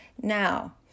Now